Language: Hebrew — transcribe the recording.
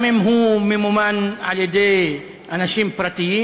גם אם הוא ממומן על-ידי אנשים פרטיים